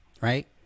right